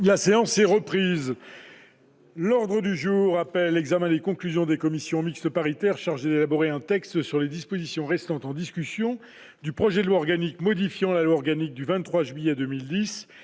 La séance est reprise. L'ordre du jour appelle l'examen des conclusions des commissions mixtes paritaires chargées d'élaborer un texte sur les dispositions restant en discussion du projet de loi organique modifiant la loi organique n° 2010-837 du 23 juillet 2010